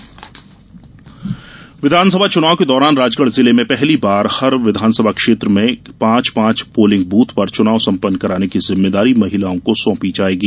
pink मतदान केन्द्र विधानसभा चुनाव के दौरान राजगढ़ जिले में पहली बार हर विधानसभा क्षेत्र के पांच पांच पोलिंग बूथ पर चुनाव सम्पन्न कराने की जिम्मेदारी महिलाओं को सौंपी जायेंगी